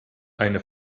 eine